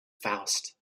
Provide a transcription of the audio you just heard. faust